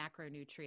macronutrients